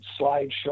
slideshow